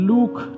Luke